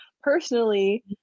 personally